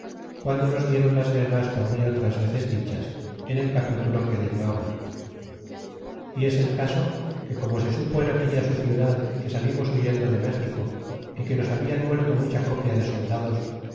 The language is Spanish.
guando nos diéron las guerras por mi otras veces dichas en el capitulo que dello habla y es el caso que como se supo en aquella su ciudad que salimos huyendo de méxico y que nos hablan muerto mucha copia de soldados